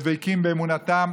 והם דבקים באמונתם,